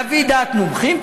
להביא דעת מומחים,